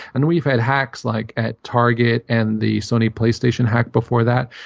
and we've had hacks like at target and the sony playstation hack before that,